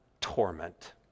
torment